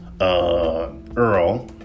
earl